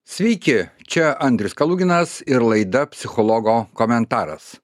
sveiki čia andrius kaluginas ir laida psichologo komentaras